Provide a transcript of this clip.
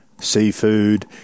seafood